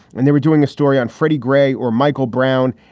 and they were doing a story on freddie gray or michael brown.